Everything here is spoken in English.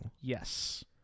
Yes